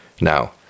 now